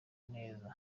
neza